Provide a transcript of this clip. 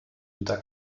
unter